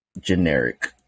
generic